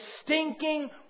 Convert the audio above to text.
stinking